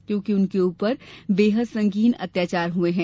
क्योंकि उनके ऊपर बेहद संगीन अत्याचार हुए हैं